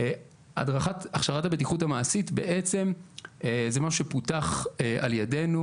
הכשרת הבטיחות המעשית בעצם זה משהו שפותח על ידינו,